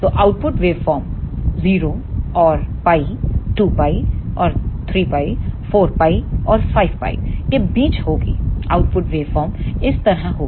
तो output waveform 0 और 𝛑 2𝛑 और 3𝛑 4 𝛑 और 5𝛑 के बीच होगी आउटपुट वेवफार्म इस तरह होगी